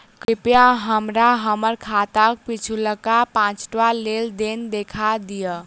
कृपया हमरा हम्मर खाताक पिछुलका पाँचटा लेन देन देखा दियऽ